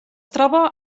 troba